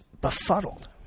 befuddled